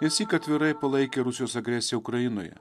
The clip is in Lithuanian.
nesyk atvirai palaikė rusijos agresiją ukrainoje